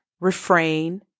refrain